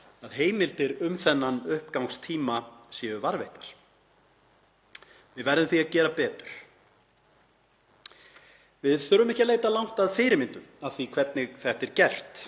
að heimildir um þennan uppgangstíma séu varðveittar. Við verðum því að gera betur. Við þurfum ekki að leita langt að fyrirmyndum að því hvernig þetta er gert